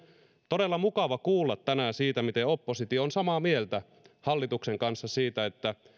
todella mukava kuulla tänään siitä miten oppositio on samaa mieltä hallituksen kanssa siitä että